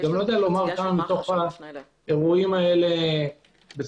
אני גם לא יודע לומר כמה מתוך האירועים האלה- - מתוך